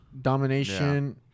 domination